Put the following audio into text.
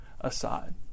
aside